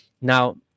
Now